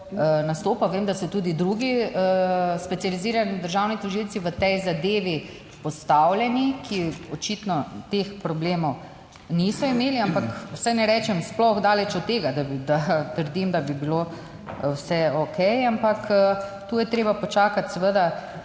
Vem, da so tudi drugi specializirani državni tožilci v tej zadevi postavljeni, ki očitno teh problemov niso imeli, ampak, saj ne rečem, sploh daleč od tega, da trdim, da bi bilo vse okej, ampak tu je treba počakati seveda